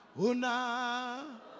Una